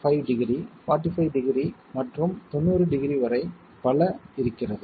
5 degree 45 degree மற்றும் 90 degree வரை பல இருக்கிறது